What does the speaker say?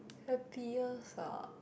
happiest ah